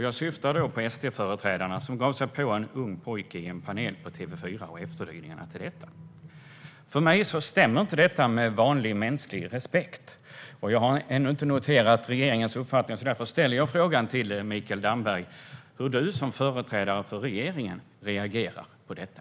Jag syftar då på SD-företrädarna som gav sig på en ung pojke i en paneldiskussion på TV4 och efterdyningarna av detta. För mig stämmer inte detta med vanlig mänsklig respekt, och jag har ännu inte noterat regeringens uppfattning. Därför ställer jag frågan till Mikael Damberg hur han som företrädare för regeringen reagerar på detta.